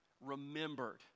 remembered